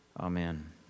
Amen